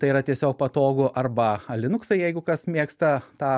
tai yra tiesiog patogu arba linuksą jeigu kas mėgsta tą